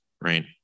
right